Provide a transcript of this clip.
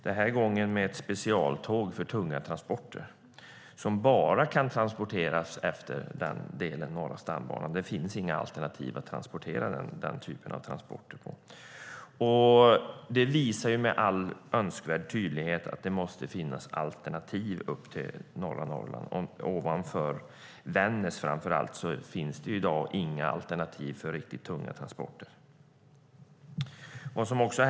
Denna gång var det ett specialtåg för tunga transporter, som bara kan transporteras på Norra stambanan. Det finns inga alternativ för den typen av transporter. Detta visar med all önskvärd tydlighet att det måste finnas alternativ upp till norra Norrland. Ovanför Vännäs finns i dag inga alternativ för riktigt tunga transporter.